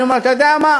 אני אומר: אתה יודע מה?